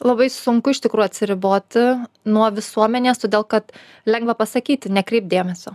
labai sunku iš tikrųjų atsiriboti nuo visuomenės todėl kad lengva pasakyti nekreipk dėmesio